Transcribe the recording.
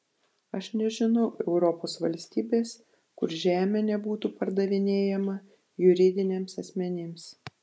aš nežinau europos valstybės kur žemė nebūtų pardavinėjama juridiniams asmenims